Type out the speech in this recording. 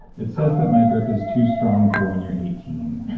it says that my grip is too strong for when you're eighteen. i